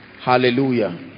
Hallelujah